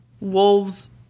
wolves